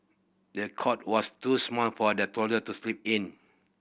the cot was too small for the toddler to sleep in